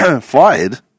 Fired